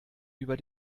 über